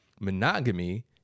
monogamy